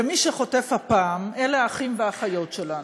ומי שחוטף הפעם אלה האחים והאחיות שלנו,